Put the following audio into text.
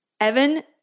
Evan